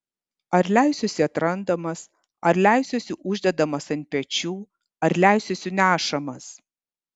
ar leisiuosi atrandamas ar leisiuosi uždedamas ant pečių ar leisiuosi nešamas